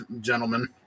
gentlemen